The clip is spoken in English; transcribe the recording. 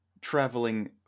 traveling